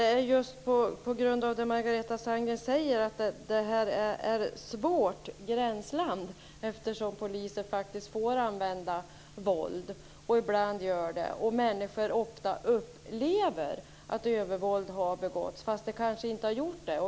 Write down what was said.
Fru talman! Som Margareta Sandgren säger finns det här ett svårt gränsland, eftersom polisen faktiskt får använda våld och ibland gör det. Människor upplever att övervåld har begåtts, även om så kanske inte har skett.